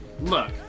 Look